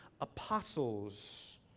apostles